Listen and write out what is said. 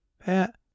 Pat